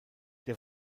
der